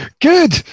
Good